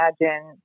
imagine